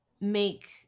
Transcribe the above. make